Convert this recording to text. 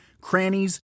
crannies